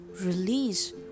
release